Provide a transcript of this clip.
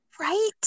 Right